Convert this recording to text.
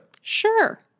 Sure